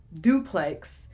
duplex